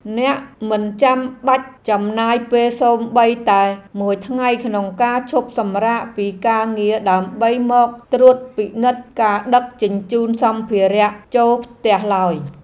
អ្នកមិនបាច់ចំណាយពេលសូម្បីតែមួយថ្ងៃក្នុងការឈប់សម្រាកពីការងារដើម្បីមកត្រួតពិនិត្យការដឹកជញ្ជូនសម្ភារៈចូលផ្ទះឡើយ។